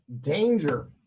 danger